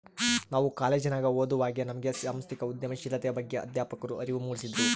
ನಾವು ಕಾಲೇಜಿನಗ ಓದುವಾಗೆ ನಮ್ಗೆ ಸಾಂಸ್ಥಿಕ ಉದ್ಯಮಶೀಲತೆಯ ಬಗ್ಗೆ ಅಧ್ಯಾಪಕ್ರು ಅರಿವು ಮೂಡಿಸಿದ್ರು